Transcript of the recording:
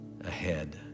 ahead